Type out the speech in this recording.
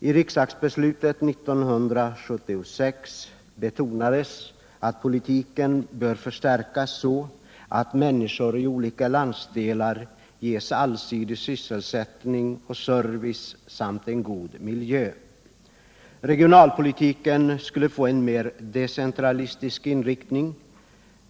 I riksdagsbeslutet 1976 betonades att politiken bör förstärkas så att människor i olika landsdelar ges allsidig sysselsättning och service samt en god miljö. Regionalpolitiken skulle få en mer decentralistisk inriktning.